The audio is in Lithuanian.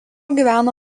gyvena